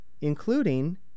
including